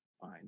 fine